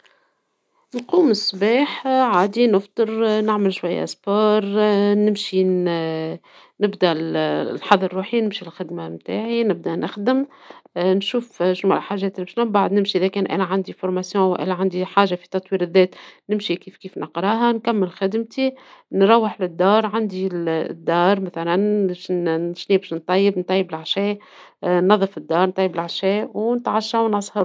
نقوم الصباح ، عادي نفطر نعمل شوية رياضة نمشي نبدى نحضر روحي نمشي للخدمة نتاعي نبدى نخدم ، نشوف حاجات شنوا هي ، من بعد نمشي اذا كان عندي تدريب والا عندي حاجة في التطوير الذاتي ، نمشي كيف كيف نقراها ، نكمل من خدمتي نروح للدار ، عندي الدار مثلا باش نشري باش نطيب نطيب لعشا نظف الدار ونتعشى ونسهر